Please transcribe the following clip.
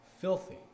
filthy